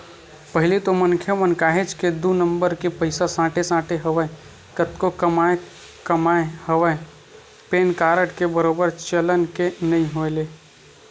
पहिली तो मनखे मन काहेच के दू नंबर के पइसा सोटे सोटे हवय कतको कमाए कमाए हवय पेन कारड के बरोबर चलन के नइ होय ले